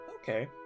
okay